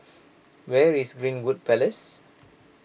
where is Greenwood Place